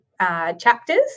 Chapters